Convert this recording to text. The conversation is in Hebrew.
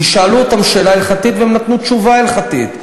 כי שאלו אותם שאלה הלכתית והם נתנו תשובה הלכתית.